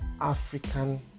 African